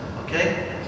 Okay